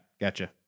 gotcha